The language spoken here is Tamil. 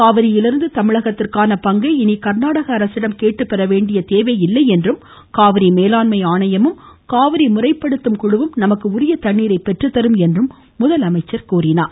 காவிரியிலிருந்து தமிழகத்திற்கான பங்கை இனி கர்நாடக அரசிடம் கேட்டுப்பெற வேண்டிய தேவையில்லை என்றும் காவிரி மேலாண்மை ஆணையமும் காவிரி முறைப்படுத்தும் குழுவும் நமக்கு உரிய தண்ணீரை பெற்றுத்தரும் என்றார்